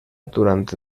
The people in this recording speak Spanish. durante